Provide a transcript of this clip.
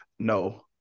No